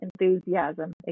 enthusiasm